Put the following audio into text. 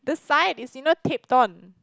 the side is you know taped on